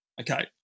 Okay